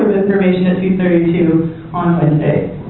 information at two thirty two on wednesdays.